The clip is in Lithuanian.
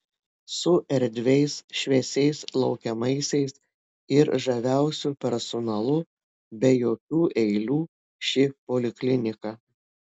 su erdviais šviesiais laukiamaisiais ir žaviausiu personalu be jokių eilių ši poliklinika